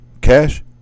Cash